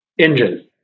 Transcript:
Engine